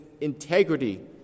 integrity